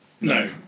No